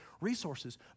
resources